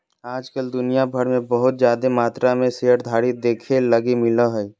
आज कल दुनिया भर मे बहुत जादे मात्रा मे शेयरधारी देखे लगी मिलो हय